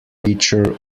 feature